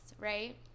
right